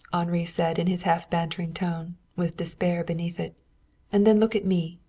henri said in his half-bantering tone, with despair beneath it and then look at me.